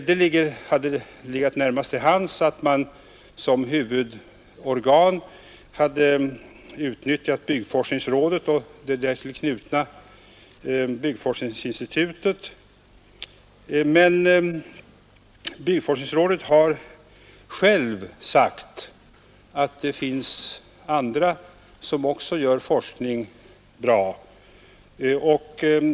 Det hade legat närmast till hands att man som huvudorgan hade utnyttjat byggnadsforskningsrådet och det därtill knutna byggnadsforsknings institutet, men byggnadsforskningsrådet har självt sagt att det finns andra, som också gör goda forskningsinsatser.